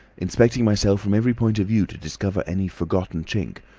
inspecting myself from every point of view to discover any forgotten chink,